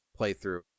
playthrough